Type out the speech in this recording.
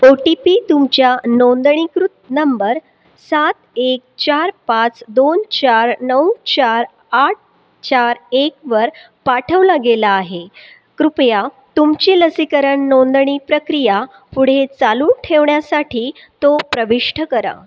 ओ T P तुमच्या नोंदणीकृत number सात एक चार पाच दोन चार नऊ चार आठ चार एक वर पाठवला गेला आहे कृपया तुमची लसीकरण नोंदणी प्रक्रिया पुढे चालू ठेवण्यासाठी तो प्रविष्ट करा